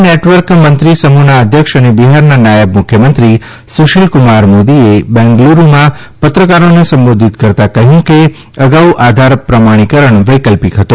network મંત્રી સમૂહના અધ્યક્ષ અને બિહારના નાયબ મુખ્યમંત્રી સુશીલકુમાર મોદીએ બેંગ્લુરૂમાં પત્રકારોને સંબોધિત કરતા કહ્યું કે અગાઉ આધાર પ્રમાણિકરણ વૈકલ્પક હતો